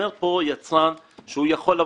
אומר יצרן שהוא יכול,